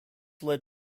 led